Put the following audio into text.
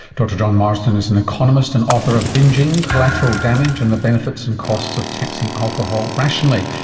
dr john marsden is an economist and author of bingeing, collateral damage and the benefits and costs of taxing alcohol rationally,